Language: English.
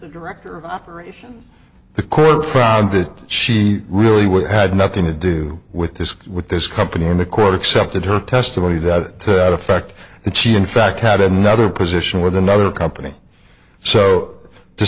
the director of operations the court found that she really would had nothing to do with this with this company and the court accepted her testimony that effect and she in fact had another position with another company so to